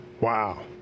Wow